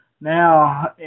now